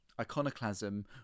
Iconoclasm